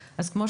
אגב,